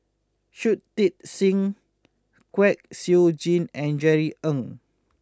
Shui Tit Sing Kwek Siew Jin and Jerry Ng